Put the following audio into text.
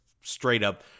straight-up